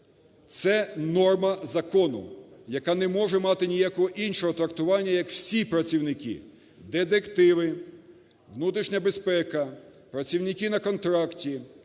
Це норма закону, яка не може мати ніякого іншого трактування, як всі працівники – детективи, внутрішня безпека, працівники на контракті,